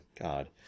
god